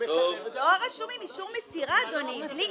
הראשון הוא דואר שמגיע.